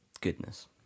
goodness